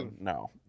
No